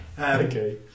Okay